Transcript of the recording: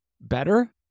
better